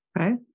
Okay